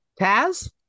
Taz